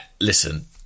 listen